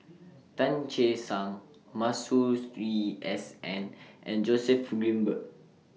Tan Che Sang Masue Stree S N and Joseph Grimberg